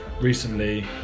recently